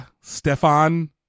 Stefan